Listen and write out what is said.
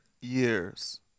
years